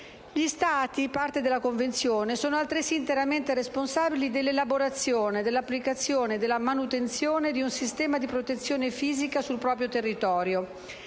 Gli Stati parte della Convenzione sono altresì interamente responsabili dell'elaborazione, dell'applicazione e della manutenzione di un sistema di protezione fisica sul proprio territorio.